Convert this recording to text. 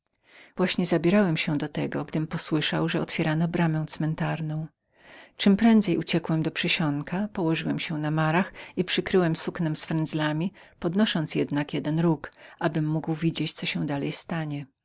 właśnie stawiałem nogę na pierwszym szczeblu gdy posłyszałem że otwierano bramę czemprędzej uciekłem do przysionka położyłem się na noszach i przykryłem suknem z frendzlami podnosząc jednak jeden róg abym mógł widzieć co się dalej stanie